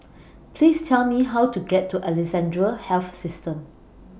Please Tell Me How to get to Alexandra Health System